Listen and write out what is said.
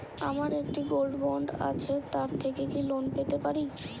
আমার একটি gold bond আছে তার থেকে কি লোন পেতে পারি?